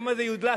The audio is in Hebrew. שמא זה יודלף.